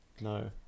No